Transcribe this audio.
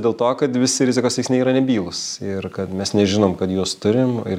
dėl to kad visi rizikos veiksniai yra nebylūs ir kad mes nežinom kad juos turim ir